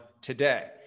today